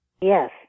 Yes